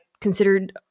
considered